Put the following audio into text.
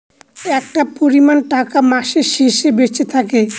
একটা পরিমান টাকা মাসের শেষে বেঁচে থাকে